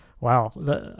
Wow